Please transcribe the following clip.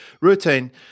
Routine